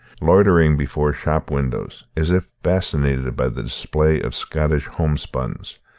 loitering before shop windows, as if fascinated by the display of scottish homespuns,